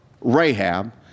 Rahab